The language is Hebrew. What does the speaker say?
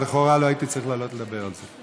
ולכאורה לא הייתי צריך לעלות לדבר על זה.